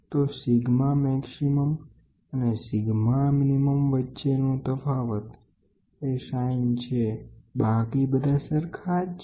તો મહત્તમ સિગ્મા અને લઘુત્તમ સિગ્મા વચ્ચેનો તફાવત એ સાઇન એકલી જ છે બાકી બધી જ ફોર્મ્યુલા સરખી જ છે